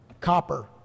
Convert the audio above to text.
copper